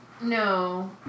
No